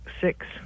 six